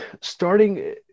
Starting